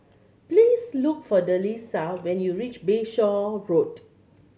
please look for Delisa when you reach Bayshore Road